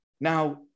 Now